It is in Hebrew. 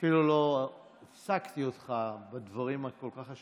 אפילו לא הפסקתי אותך בדברים החשובים כל כך,